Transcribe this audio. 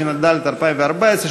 התשע"ד 2014,